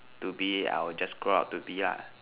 to be I will just grow up to be lah